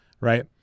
right